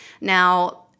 Now